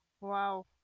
Wow